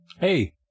Hey